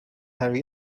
harry